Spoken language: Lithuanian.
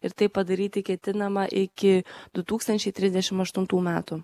ir tai padaryti ketinama iki du tūkstančiai trisdešim aštuntų metų